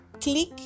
Click